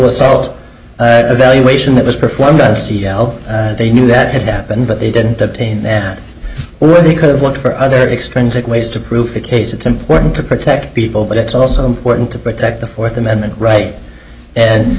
assault evaluation that was performed by the c l they knew that had happened but they didn't obtain that were they could have looked for other extrinsic ways to proof the case it's important to protect people but it's also important to protect the fourth amendment right and